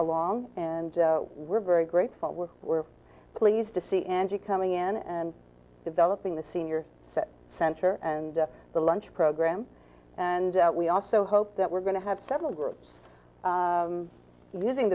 along and we're very grateful we're pleased to see angie coming in and developing the senior center and the lunch program and we also hope that we're going to have several groups using